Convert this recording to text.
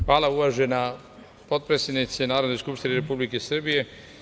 Hvala, uvažena potpredsednice Narodne skupštine Republike Srbije.